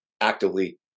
actively